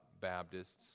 Baptists